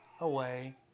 away